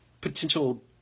potential